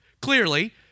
Clearly